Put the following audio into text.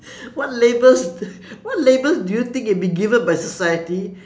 what labels what labels do you think you have been given by society